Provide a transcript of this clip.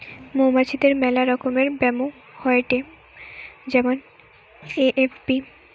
মৌমাছিদের মেলা রকমের ব্যামো হয়েটে যেমন এ.এফ.বি